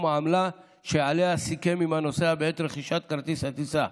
העמלה שעליה סיכם עם הנוסע בעת רכישת כרטיס הטיסה.